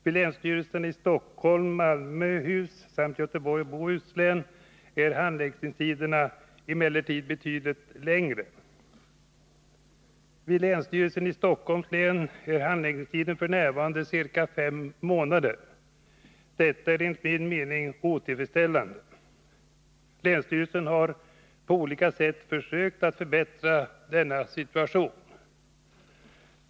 Vid länsstyrelserna i Stockholms, Malmöhus samt Göteborgs och Bohus län är handläggningstiderna emellertid betydligt längre. Vid länsstyrelsen i Stockholms län är handläggningstiden f.n. ca fem månader. Detta är enligt min mening otillfredsställande. Länsstyrelsen har på olika sätt försökt att förbättra denna situation.